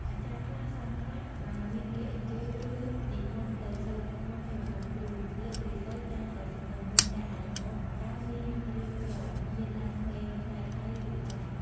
អាចារ្យខ្លះ សង្ឃខ្លះ បើមានគេអញ្ជើញ ឬនិមន្តទៅសូត្រមន្តរំដោះគ្រោះ លើករាសី តែងតែសម្លឹងមើលអ្នកដែលមក តើមានឬក្រ មានឡានថ្មីថ្លៃៗឬចាស់ ។